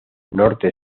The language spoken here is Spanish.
norte